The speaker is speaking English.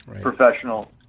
professional